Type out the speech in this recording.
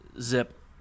Zip